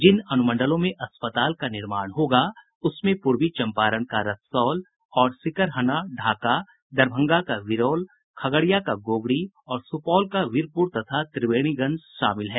जिन अनुमंडलों में अस्पताल का निर्माण होगा उसमें पूर्वी चंपारण का रक्सौल और सिकरहना ढाका दरभंगा का बिरौल खगड़िया का गोगरी और सुपौल का वीरपुर तथा त्रिवेणीगंज शामिल है